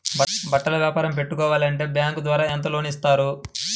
బట్టలు వ్యాపారం పెట్టుకోవాలి అంటే బ్యాంకు ద్వారా ఎంత లోన్ ఇస్తారు?